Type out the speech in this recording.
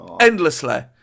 endlessly